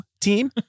team